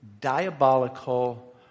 diabolical